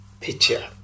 picture